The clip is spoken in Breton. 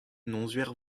nozvezh